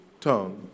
tongue